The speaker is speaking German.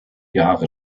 jahre